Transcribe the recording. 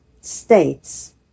States